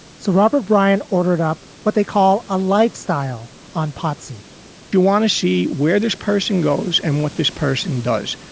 so robert bryant ordered up what they call a lifestyle on potsie do you want to see where this person goes and what this person does?